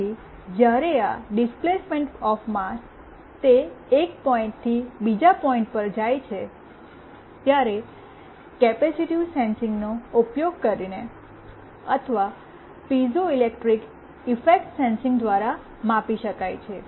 તેથી જ્યારે આ ડિસ્પ્લેસમેન્ટ ઓફ માસ તે એક પોઇન્ટથી બીજા પોઇન્ટ પર જાય છે ત્યારે કેપેસિટીવ સેન્સિંગનો ઉપયોગ કરીને અથવા પિઝોઇલેક્ટ્રિક ઇફેક્ટ સેન્સિંગ દ્વારા માપી શકાય છે